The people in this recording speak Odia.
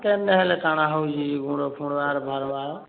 ଆର କେନ୍ ହେଲେ କାଣା ହେଉଛି ଗୁଡ଼୍ ଫୁଡ଼୍ ଆର୍ ଭାରବା